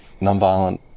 nonviolent